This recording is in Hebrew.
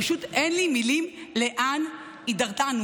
פשוט אין לי מלים לאן הידרדרנו.